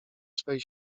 swej